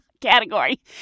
category